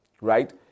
right